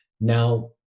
Now